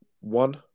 one